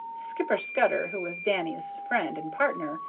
skipper scudder, who was danny's friend and partner,